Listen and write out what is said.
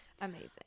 amazing